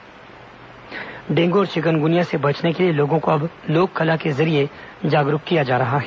dengue रोकथाम पहल dengue और चिकनगुनिया से बचने के लिए लोगों को अब लोक कला के जरिये जागरूक किया जा रहा है